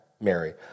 Mary